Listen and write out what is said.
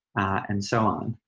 and so on.